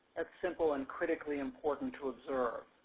thats simple and critically important to observe.